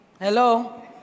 Hello